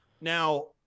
Now